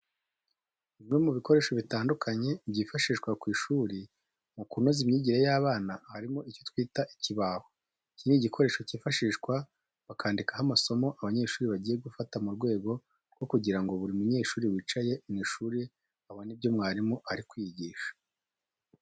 Bimwe mu bikoresho bitandukanye byifashishwa ku ishuri mu kunoza imyigire y'abana harimo icyo twita ikibaho. Iki ni igikoresho cyifashishwa bandikaho amasomo abanyeshuri bagiye gufata mu rwego rwo kugira ngo buri munyeshuri wicaye mu ishuri abone ibyo mwarimu ari kwigisha.